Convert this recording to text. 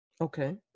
Okay